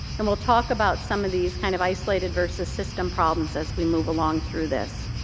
and we'll talk about some of these kind of isolated versus system problems as we move along through this.